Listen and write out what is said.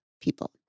people